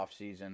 offseason